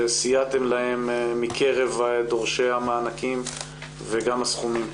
שסייעתם להן מקרב דורשי המענקים וגם הסכומים.